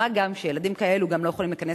מה גם שילדים כאלו גם לא יכולים להיכנס